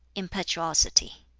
impetuosity.